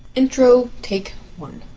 intro, take one.